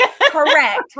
Correct